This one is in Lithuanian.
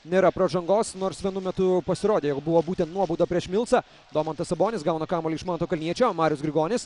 nėra pražangos nors vienu metu pasirodė jog buvo būtent nuobauda prieš milsą domantas sabonis gauna kamuolį iš manto kalniečio marius grigonis